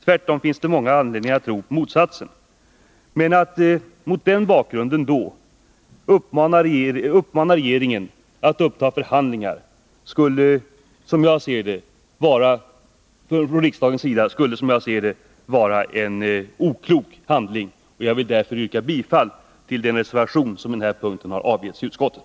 Tvärtom finns det många anledningar att tro motsatsen. Att mot den bakgrunden från riksdagens sida uppmana regeringen att uppta förhandlingar skulle, som jag ser det, vara en oklok handling. Jag vill därför yrka bifall till den reservation som på den här punkten avgivits i utskottet.